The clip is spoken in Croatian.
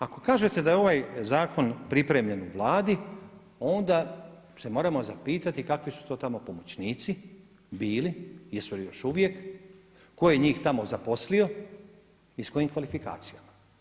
Ako kažete da je ovaj zakon pripremljen u Vladi onda se moramo zapitati kakvi su to tamo pomoćnici bili, jesu li još uvijek, tko je njih tamo zaposlio i s kojim kvalifikacijama?